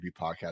podcast